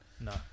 No